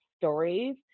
stories